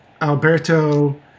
Alberto